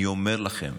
אני אומר לכם,